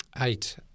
eight